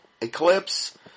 eclipse